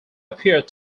appeared